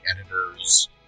editors